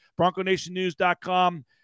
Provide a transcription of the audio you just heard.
bronconationnews.com